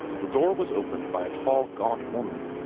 the door was opened by a tall gaunt woman,